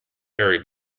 very